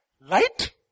Light